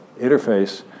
interface